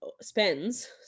spends